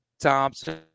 Thompson